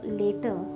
later